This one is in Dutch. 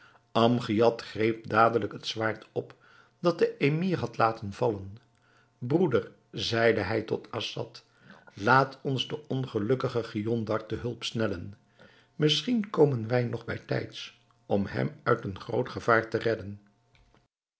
amgiad greep dadelijk het zwaard op dat de emir had laten vallen broeder zeide hij tot assad laat ons den ongelukkigen giondar te hulp snellen misschien komen wij nog bij tijds om hem uit een groot gevaar te redden